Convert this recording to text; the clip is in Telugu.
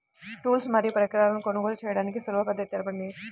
టూల్స్ మరియు పరికరాలను కొనుగోలు చేయడానికి సులభ పద్దతి తెలపండి?